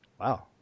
wow